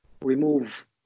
remove